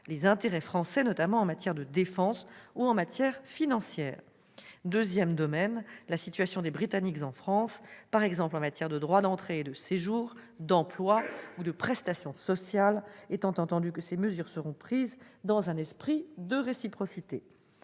les intérêts français, notamment dans le domaine de la défense ou en matière financière. Le deuxième est la situation des Britanniques en France, qu'il s'agisse, par exemple, des droits d'entrée et de séjour, de l'emploi ou des prestations sociales, étant entendu que ces mesures seront prises dans un esprit de réciprocité.